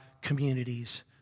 communities